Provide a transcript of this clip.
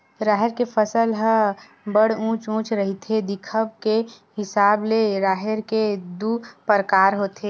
राहेर के फसल ह बड़ उँच उँच रहिथे, दिखब के हिसाब ले राहेर के दू परकार होथे